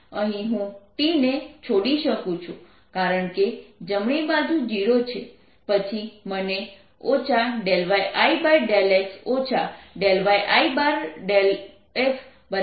અહીં હું T ને છોડી શકું છું કારણકે જમણી બાજુ 0 છે પછી મને yI∂x yR∂x yT∂x મળશે